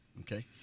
okay